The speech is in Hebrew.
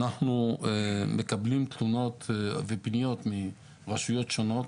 אנחנו מקבלים תלונות ופניות מרשויות שונות.